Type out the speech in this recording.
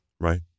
Right